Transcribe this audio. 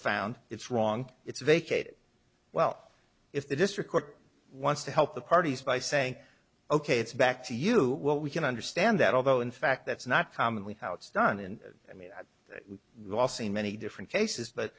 found it's wrong it's vacated well if the district court wants to help the parties by saying ok it's back to you what we can understand that although in fact that's not commonly how it's done and i mean we've all seen many different cases